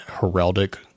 heraldic